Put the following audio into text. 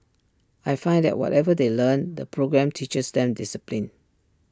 I find that whatever they learn the programme teaches them discipline